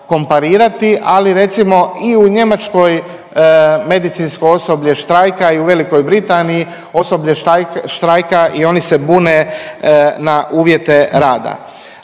ali recimo i u Njemačkoj medicinsko osoblje štrajka i u Velikoj Britaniji osoblje štrajka i oni se bune na uvjete rada.